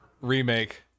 Remake